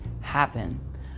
happen